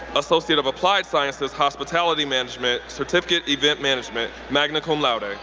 associate of applied sciences, hospitality management, certificate, event management, magna cum laude.